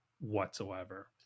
whatsoever